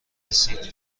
رسید